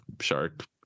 shark